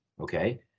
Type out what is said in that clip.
okay